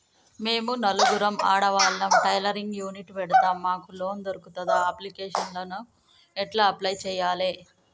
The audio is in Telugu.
మేము నలుగురం ఆడవాళ్ళం టైలరింగ్ యూనిట్ పెడతం మాకు లోన్ దొర్కుతదా? అప్లికేషన్లను ఎట్ల అప్లయ్ చేయాలే?